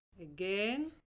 Again